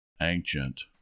ancient